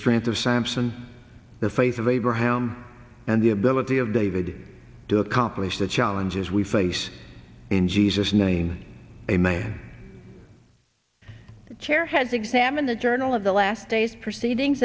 strength of samson the faith of abraham and the ability of david to accomplish the challenges we face in jesus name a man the chair heads examined the journal of the last days proceedings